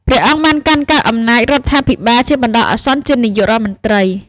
ព្រះអង្គបានកាន់កាប់អំណាចរដ្ឋាភិបាលជាបណ្ដោះអាសន្នជានាយករដ្ឋមន្ត្រី។